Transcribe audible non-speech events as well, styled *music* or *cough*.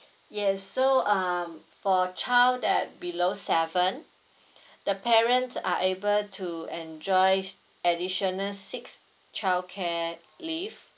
*breath* yes so um for child that below seven *breath* the parents are able to enjoy additional six childcare leave